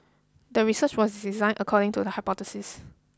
the research was designed according to the hypothesis